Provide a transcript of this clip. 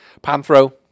Panthro